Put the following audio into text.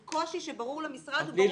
זה קושי שברור למשרד וברור לרשות המקומית.